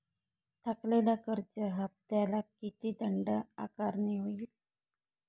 थकलेल्या कर्ज हफ्त्याला किती दंड आकारणी होईल?